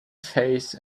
face